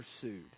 pursued